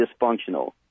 dysfunctional